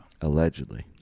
Allegedly